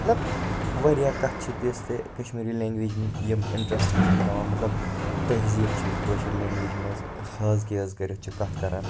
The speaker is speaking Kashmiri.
مطلب واریاہ کَتھٕ چھِ تِژھ تہِ کَشمیٖری لیٚنگویج یِم اِنٹرسٹِنگ چھِ بَناوان مطلب تہذیٖب چھُ کٲشُر لیٚنگویج منز حظ کیٛاہ حظ کٔرِتھ چھِ کَتھ کَران